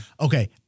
Okay